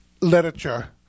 literature